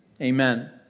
Amen